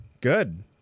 Good